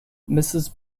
mrs